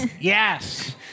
Yes